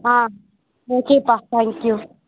ஆ ஓகேபா thank you